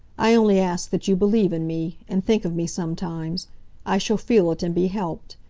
i only ask that you believe in me and think of me sometimes i shall feel it, and be helped.